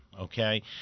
Okay